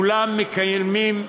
כולם מקיימים,